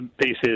pieces